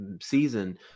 season